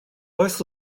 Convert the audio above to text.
oes